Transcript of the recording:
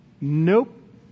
Nope